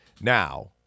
Now